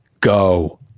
Go